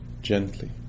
gently